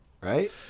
right